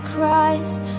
Christ